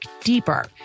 deeper